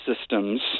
systems